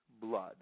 blood